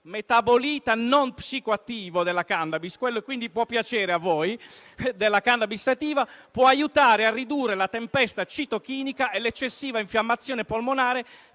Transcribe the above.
metabolita non psicoattivo della Cannabis sativa,» - quindi può piacere a voi - «può aiutare a ridurre la tempesta citochimica e l'eccessiva infiammazione polmonare